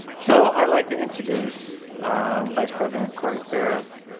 so i like to introduce vice president cori farris,